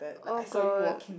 oh god